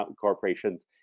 corporations